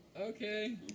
Okay